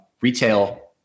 retail